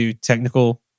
technical